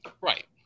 Right